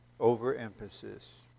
overemphasis